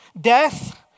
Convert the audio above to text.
death